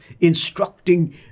instructing